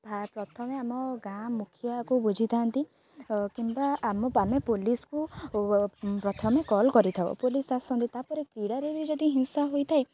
ପ୍ରଥମେ ଆମ ଗାଁ ମୁଖିଆକୁ ବୁଝିଥାନ୍ତି କିମ୍ବା ଆମ ଆମେ ପୋଲିସକୁ ପ୍ରଥମେ କଲ୍ କରିଥାଉ ପୋଲିସ ଆସନ୍ତି ତାପରେ କ୍ରୀଡ଼ାରେ ବି ଯଦି ହିଂସା ହୋଇଥାଏ